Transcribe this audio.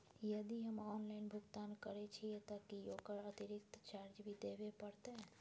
यदि हम ऑनलाइन भुगतान करे छिये त की ओकर अतिरिक्त चार्ज भी देबे परतै?